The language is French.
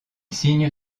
signe